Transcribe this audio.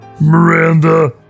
Miranda